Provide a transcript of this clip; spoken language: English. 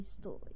story